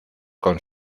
con